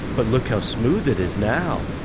but look how smooth it is now!